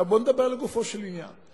עכשיו בוא נדבר לגופו של עניין.